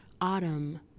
autumn